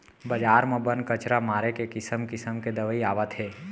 बजार म बन, कचरा मारे के किसम किसम के दवई आवत हे